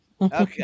Okay